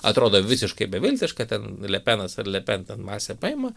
atrodo visiškai beviltiška ten le penas ar le pen ten masę paima